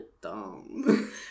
dumb